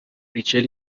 ریچل